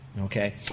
Okay